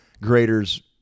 graders